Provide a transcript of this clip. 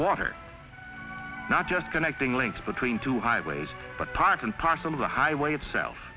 water not just connecting links between two highways but part and parcel of the highway itself